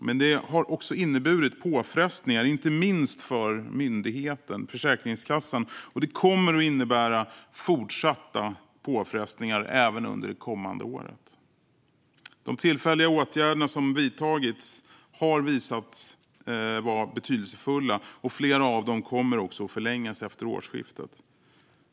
Men detta har också inneburit påfrestningar, inte minst för myndigheten, Försäkringskassan, och det kommer att innebära påfrestningar även under det kommande året. De tillfälliga åtgärder som vidtagits har visat sig vara betydelsefulla, och flera av dem kommer också att förlängas efter årsskiftet.